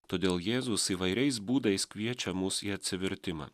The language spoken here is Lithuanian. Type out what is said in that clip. todėl jėzus įvairiais būdais kviečia mus į atsivertimą